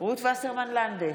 רות וסרמן לנדה,